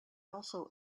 also